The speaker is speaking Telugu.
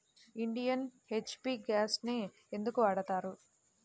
ఇండియన్, హెచ్.పీ గ్యాస్లనే ఎందుకు వాడతాము?